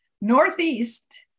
Northeast